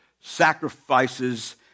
sacrifices